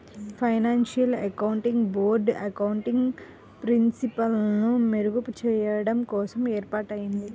financial accounting board accounting ప్రిన్సిపల్స్ని మెరుగుచెయ్యడం కోసం ఏర్పాటయ్యింది